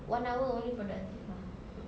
one hour only productive mah